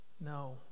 No